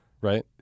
right